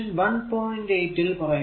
8 ൽ പറയുന്നത്